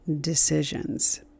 Decisions